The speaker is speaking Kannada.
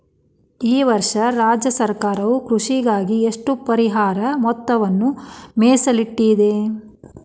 ಈ ವರ್ಷ ರಾಜ್ಯ ಸರ್ಕಾರವು ಕೃಷಿಗಾಗಿ ಎಷ್ಟು ಪರಿಹಾರ ಮೊತ್ತವನ್ನು ಮೇಸಲಿಟ್ಟಿದೆ?